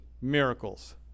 miracles